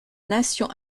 nation